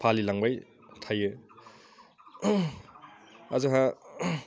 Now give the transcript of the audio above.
फालिलांबाय थायो दा जोंहा